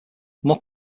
more